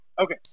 Okay